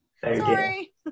Sorry